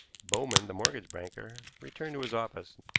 bowman, the mortgage broker, returned to his office.